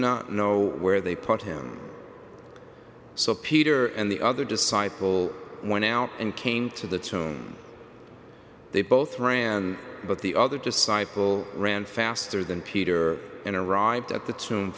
not know where they put him so peter and the other disciple went out and came to the turn they both ran but the other disciple ran faster than peter